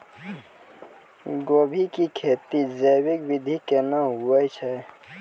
गोभी की खेती जैविक विधि केना हुए छ?